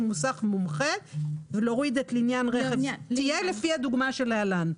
מוסך מומחה תהיה לפי הדוגמה שלהלן".